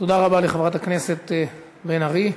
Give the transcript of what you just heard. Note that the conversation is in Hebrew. תודה לחברת הכנסת בן ארי.